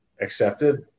accepted